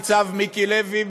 ניצב מיקי לוי,